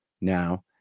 now